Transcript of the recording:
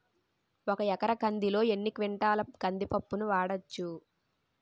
ఒక ఎకర కందిలో ఎన్ని క్వింటాల కంది పప్పును వాడచ్చు?